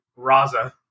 Raza